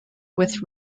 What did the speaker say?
with